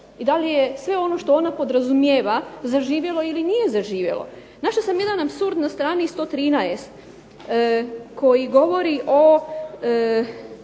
i da li je sve ono što ona podrazumijeva zaživjelo ili nije zaživjelo. Našla sam jedan apsurd na strani 113 koji govori o